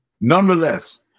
nonetheless